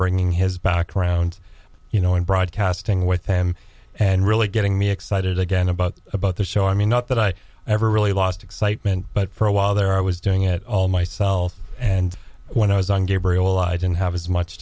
bringing his background you know in broadcasting with him and really getting me excited again about about the show i mean not that i ever really lost excitement but for a while there i was doing it all myself and when i was on gabriel i didn't have as much